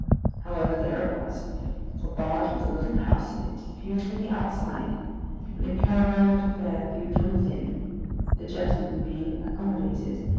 however, there it was a barge with a little house in it, viewed from the outside and a caravan at a fair, viewed from within the gentlemen being accommodated,